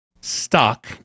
stuck